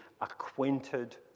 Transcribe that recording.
acquainted